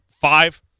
five